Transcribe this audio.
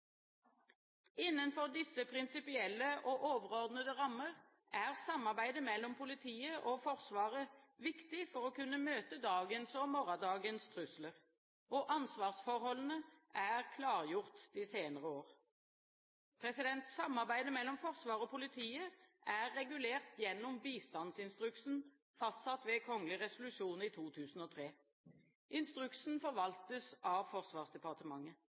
Innenfor disse prinsipielle og overordnede rammer er samarbeidet mellom politiet og Forsvaret viktig for å kunne møte dagens og morgendagens trusler. Ansvarsforholdene er klargjort de senere år. Samarbeidet mellom Forsvaret og politiet er regulert gjennom bistandsinstruksen, fastsatt ved kongelig resolusjon i 2003. Instruksen forvaltes av Forsvarsdepartementet.